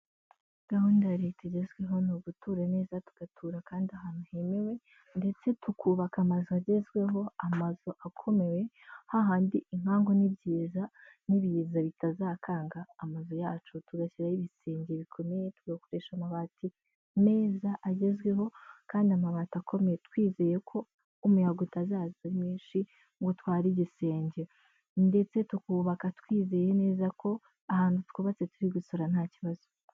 Gahunda ya leta igezweho ni ugutura neza tugatura kandi ahantu hemewe ndetse tukubaka amazu agezweho, amazu akomeye hahandi inkangu n'ibyiza n'ibiza bitazakanga, amazu yacu tugashyiraho ibisenge bikomeye tugakoresha amabati meza agezweho kandi amabati akomeye twizeye ko umuyaga utazaza ari mwinshi ngo utware igisenge, ndetse tukubaka twizeye neza ko ahantu twubatse turi gusora nta kibazo.